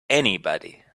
anybody